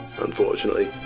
unfortunately